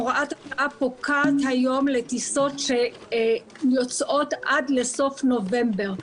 הוראת השעה פוקעת היום לטיסות שיוצאות עד לסוף נובמבר.